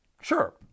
Sure